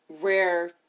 rare